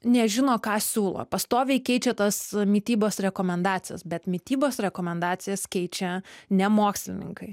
nežino ką siūlo pastoviai keičia tas mitybos rekomendacijas bet mitybos rekomendacijas keičia ne mokslininkai